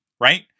right